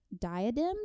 diadems